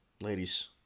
Ladies